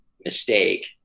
mistake